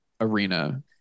arena